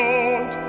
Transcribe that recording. Lord